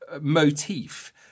motif